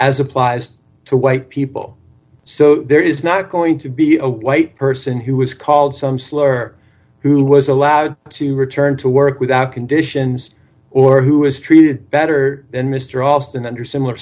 as applies to white people so there is not going to be a white person who was called some slur who was allowed to return to work without conditions or who is treated better than mr alston under similar